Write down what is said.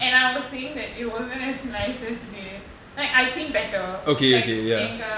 and I was saying that it wasn't as nice they like I've seen better like எங்க:enka